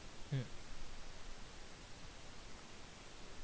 mm